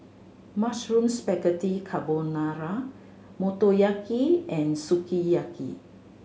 Mushroom Spaghetti Carbonara Motoyaki and Sukiyaki